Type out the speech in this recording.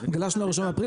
גלשנו ל- 1 לאפריל,